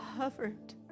covered